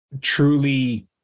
truly